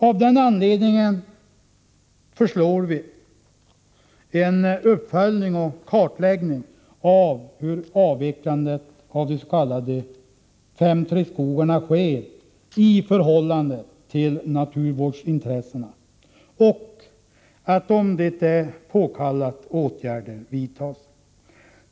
Av det skälet föreslår vi en uppföljning och kartläggning av hur avvecklandet av de s.k. 5:3-skogarna sker i förhållande till naturvårdsintressena och att — om det är påkallat — åtgärder vidtas.